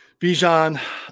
Bijan